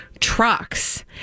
trucks